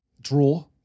draw